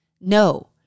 no